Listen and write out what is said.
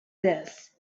this